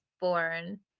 born